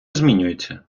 змінюється